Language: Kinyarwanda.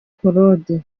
claude